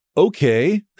Okay